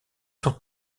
sont